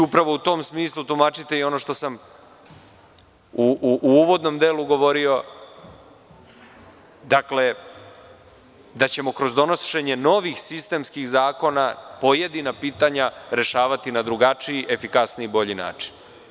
U tom smislu, tumačite i ono što sam u uvodnom delu govorio, a to je da ćemo kroz donošenje novih sistemskih zakona pojedina pitanja rešavati na drugačiji, efikasniji, bolji način.